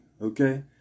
okay